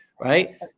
Right